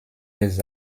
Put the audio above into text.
les